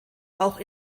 auch